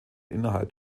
innerhalb